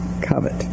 covet